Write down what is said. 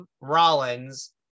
Rollins